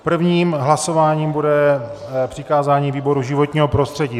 Prvním hlasováním bude přikázání výboru životního prostředí.